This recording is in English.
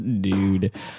Dude